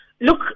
Look